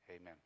Amen